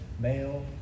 male